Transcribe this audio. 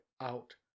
out